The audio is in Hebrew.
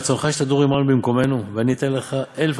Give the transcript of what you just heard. רצונך שתדור עמנו במקומנו ואני אתן לך אלף